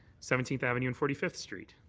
seventeenth avenue and forty fifth street.